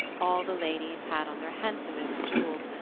all the ladies had on their handsomest jewels,